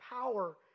power